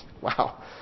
Wow